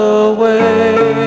away